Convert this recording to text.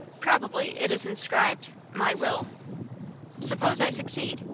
probably it is inscribed my will suppose i succeed,